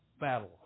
battle